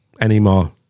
anymore